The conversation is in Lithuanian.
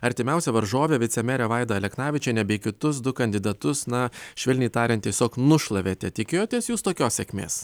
artimiausią varžovę vicemerę vaidą aleknavičienę bei kitus du kandidatus na švelniai tariant tiesiog nušlavėte tikėjotės jūs tokios sėkmės